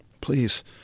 Please